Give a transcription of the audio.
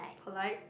polite